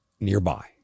nearby